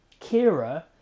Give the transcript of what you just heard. Kira